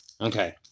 Okay